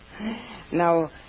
Now